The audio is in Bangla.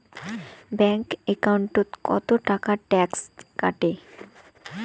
ব্যাংক একাউন্টত কতো টাকা ট্যাক্স কাটে?